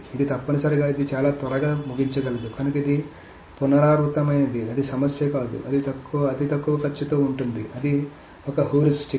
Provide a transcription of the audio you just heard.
ఇది తప్పనిసరిగా ఇది చాలా త్వరగా ముగించగలదు కనుక ఇది పునరావృతమైతే అది సమస్య కాదు అది అతి తక్కువ ఖర్చుతో ఉంటుంది అది ఒక హ్యూరిస్టిక్